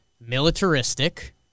militaristic